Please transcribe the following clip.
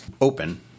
open